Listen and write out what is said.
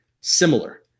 similar